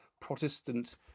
Protestant